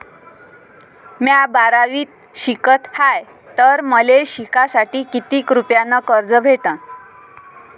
म्या बारावीत शिकत हाय तर मले शिकासाठी किती रुपयान कर्ज भेटन?